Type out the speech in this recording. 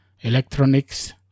electronics